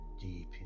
deep